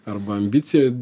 arba ambicija